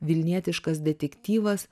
vilnietiškas detektyvas